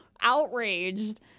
outraged